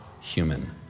human